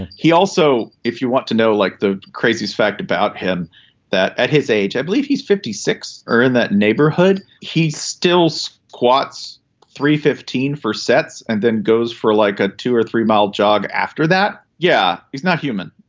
he also if you want to know like the craziest fact about him that at his age i believe he's fifty six or in that neighborhood. he stills quotes three hundred fifteen for sets and then goes for like a two or three mile jog after that. yeah. he's not human.